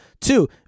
Two